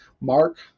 mark